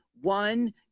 one